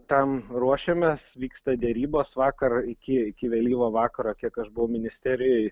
tam ruošiamės vyksta derybos vakar iki iki vėlyvo vakaro kiek aš buvau ministerijoj